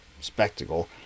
spectacle